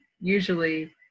usually